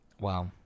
wow